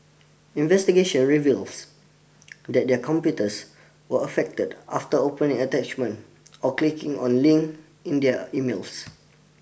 investigation reveals that their computers were affected after opening attachment or clicking on link in their emails